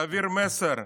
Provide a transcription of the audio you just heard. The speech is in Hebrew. להעביר מסר,